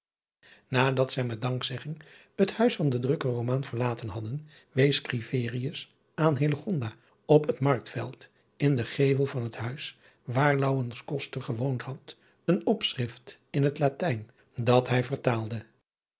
nadat zij met dankzegging het huis van den drukker rooman verlaten hadden wees scriverius aan hillegonda op het marktveld in den gevel van het huis waar laurens koster gewoond had een opschrift in het latijn dat hij haar vertaalde